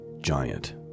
giant